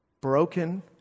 Broken